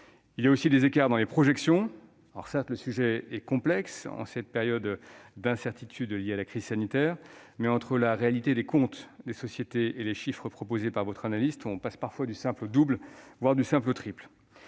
Il y a aussi des écarts dans les projections. Certes, le sujet est complexe en cette période d'incertitudes liées à la crise sanitaire, mais entre la réalité des comptes des sociétés et les chiffres proposés par votre analyste, on passe du simple au double, voire du simple au triple